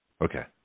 Okay